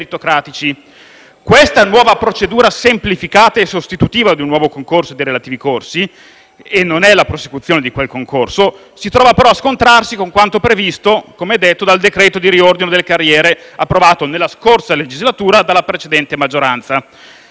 Tale nuova procedura semplificata e sostitutiva di un nuovo concorso e dei relativi costi (e non è la prosecuzione di quel concorso) trova però a scontrarsi, come detto, con quanto previsto dal decreto di riordino delle carriere, approvato nella scorsa legislatura dalla precedente maggioranza.